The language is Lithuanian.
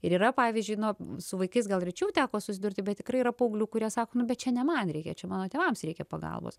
ir yra pavyzdžiuinu su vaikais gal rečiau teko susidurti bet tikrai yra paauglių kurie sako nu bet čia ne man reikia čia mano tėvams reikia pagalbos